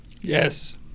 Yes